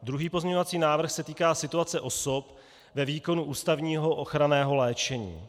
Druhý pozměňovací návrh se týká situace osob ve výkonu ústavního ochranného léčení.